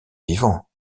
vivant